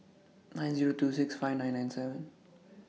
nine Zero two six five nine nine seven